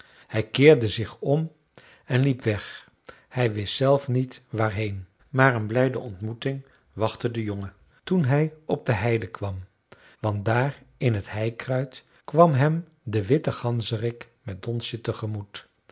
hij keerde zich om en liep weg hij wist zelf niet waarheen maar een blijde ontmoeting wachtte den jongen toen hij op de heide kwam want daar in het heikruid kwam hem de witte ganzerik met donsje tegemoet